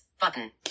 Button